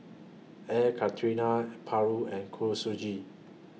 Air Karthira Paru and Kuih Suji